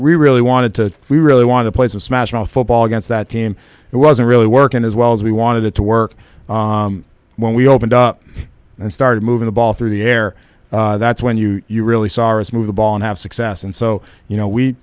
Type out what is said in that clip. really wanted to we really want to play some smashmouth football against that team it wasn't really working as well as we wanted it to work when we opened up and started moving the ball through the air that's when you you really saw as move the ball and have success and so you know we